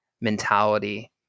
mentality